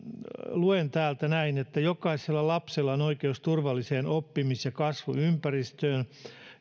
luen täältä näin jokaisella lapsella on oikeus turvalliseen oppimis ja kasvuympäristöön